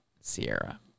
Sierra